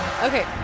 Okay